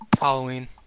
Halloween